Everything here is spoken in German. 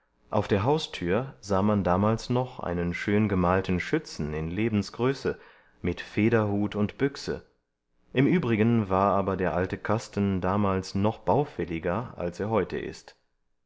auf der haustür sah man damals noch einen schön gemalten schützen in lebensgröße mit federhut und büchse im übrigen war aber der alte kasten damals noch baufälliger als er heute ist